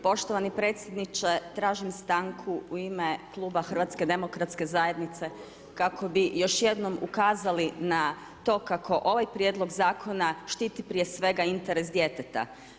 Poštovani predsjedniče, tražim stanku u ime kluba HDZ-a kako bi još jednom ukazali na to kako ovaj prijedlog zakona štiti prije svega, interes djeteta.